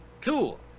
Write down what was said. Cool